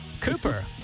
Cooper